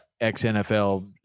ex-NFL